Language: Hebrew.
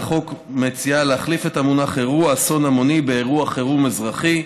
מוצע להחליף את המונח "אירוע אסון המוני" במונח "אירוע חירום אזרחי".